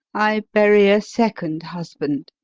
i bury a second husband.